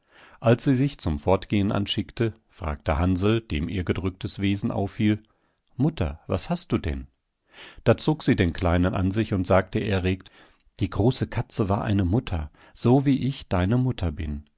als sie sich zum fortgehen anschickte fragte hansl dem ihr gedrücktes wesen auffiel mutter was hast du denn da zog sie den kleinen an sich und sagte erregt die große katze war eine mutter so wie ich deine mutter bin